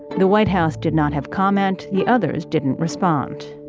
the white house did not have comment. the others didn't respond.